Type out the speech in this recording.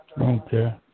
Okay